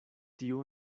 tiu